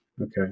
Okay